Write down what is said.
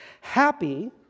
Happy